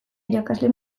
irakasle